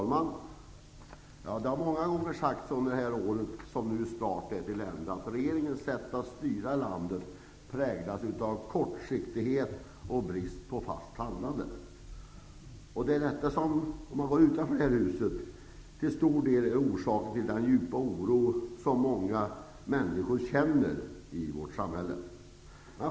Fru talman! Det har sagts många gånger under det här året, som snart är till ända, att regeringens sätt att styra landet präglas av kortsiktighet och brist på fast handlande. Det är detta som -- det märks utanför det här huset -- till stor del är orsaken till den djupa oro som många människor känner i vårt samhälle.